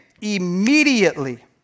immediately